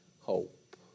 hope